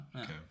Okay